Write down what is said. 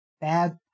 bad